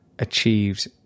achieves